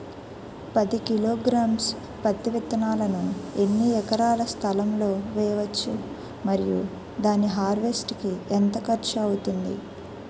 పది కిలోగ్రామ్స్ పత్తి విత్తనాలను ఎన్ని ఎకరాల స్థలం లొ వేయవచ్చు? మరియు దాని హార్వెస్ట్ కి ఎంత ఖర్చు అవుతుంది?